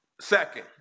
second